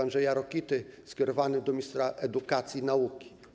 Andrzeja Rokity skierowanym do ministra edukacji i nauki.